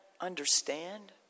understand